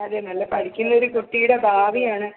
അതെ നല്ല പഠിക്കുന്ന ഒരു കുട്ടിയുടെ ഭാവിയാണ്